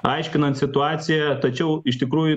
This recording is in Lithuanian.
aiškinant situaciją tačiau iš tikrųjų